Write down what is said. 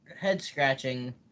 head-scratching